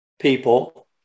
people